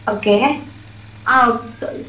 okay ஆ okay சரி